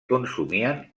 consumien